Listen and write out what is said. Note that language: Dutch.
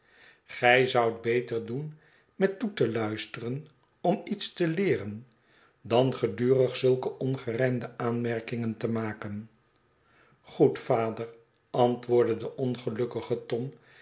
gij zoudt beter doen met toe te luisteren om iets te leeren dan gedurig zulke ongerijmde aanmerkingen te maken goed vader antwoordde de ongelukkige tom